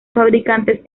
fabricantes